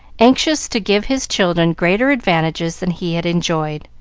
anxious to give his children greater advantages than he had enjoyed,